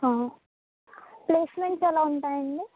placements ఎలా ఉంటాయి అండి